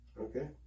okay